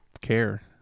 care